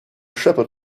shepherd